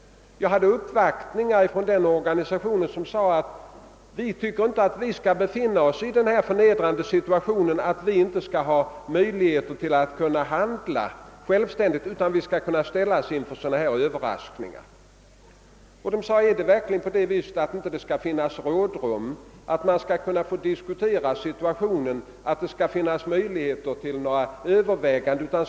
Vid uppvaktningen hos mig sade representanter för denna sektor: Vi tycker inte att vi skall befinna oss i den förnedrande situationen att vi inte har möjlighet att handla självständigt utan måste ställas inför sådana här överraskningar. De frågade vidare: Skall det verkligen inte finnas rådrum för att diskutera situationen och att göra vissa överväganden?